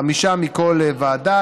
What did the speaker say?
חמישה מכל ועדה,